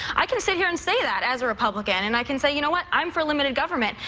i can sit here and say that as a republican. and i can say, you know what? i'm for limited government,